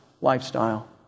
lifestyle